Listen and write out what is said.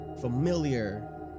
familiar